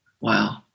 Wow